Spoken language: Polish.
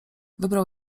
wybrał